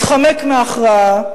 מתחמק מהכרעה.